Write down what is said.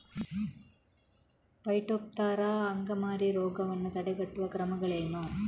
Phytophthora ಅಂಗಮಾರಿ ರೋಗವನ್ನು ತಡೆಗಟ್ಟುವ ಕ್ರಮಗಳೇನು?